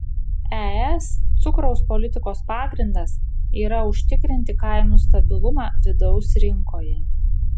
es cukraus politikos pagrindas yra užtikrinti kainų stabilumą vidaus rinkoje